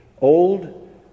old